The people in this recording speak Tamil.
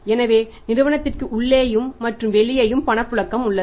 எனவே நிறுவனத்திற்கும் உள்ளேயும் மற்றும் வெளியேயும் பணப்புழக்கம் உள்ளது